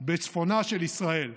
בצפונה של ישראל,